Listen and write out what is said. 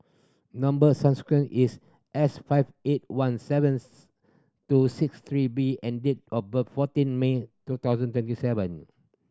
number is S five eight one seventh two six three B and date of birth fourteen May two thousand twenty seven